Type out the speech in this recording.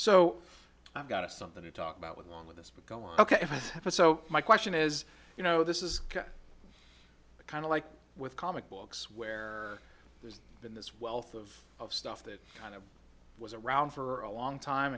so i've got something to talk about with along with this book go on ok so my question is you know this is kind of like with comic books where there's been this wealth of of stuff that kind of was around for a long time